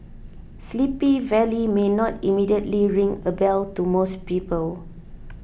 Sleepy Valley may not immediately ring a bell to most people